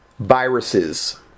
Viruses